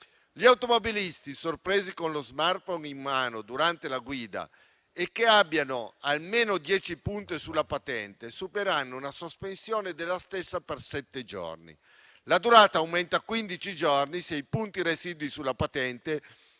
Gli automobilisti sorpresi con lo *smartphone* in mano durante la guida, e che abbiano almeno 10 punti sulla patente, subiranno una sospensione della stessa per sette giorni. La durata aumenta a quindici giorni se i punti residui sulla patente